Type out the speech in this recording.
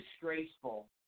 disgraceful